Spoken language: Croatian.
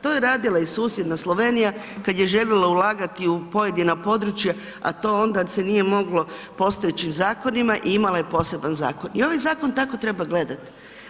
To je radila u susjedna Slovenija kad je željela ulagati u pojedina područja, a to onda se nije moglo postojećim zakonima i imala je poseban i ovaj zakon tako treba gledati.